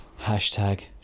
Hashtag